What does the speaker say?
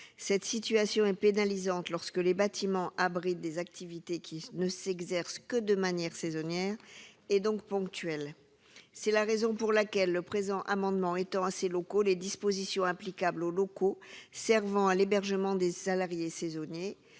Cette situation est pénalisante pour des bâtiments abritant des activités qui ne s'exercent que de manière saisonnière ou ponctuelle. C'est pourquoi nous avons déposé cet amendement, qui vise à étendre à ces locaux les dispositions applicables aux locaux servant à l'hébergement des salariés saisonniers